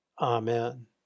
Amen